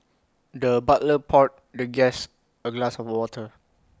the butler poured the guest A glass of water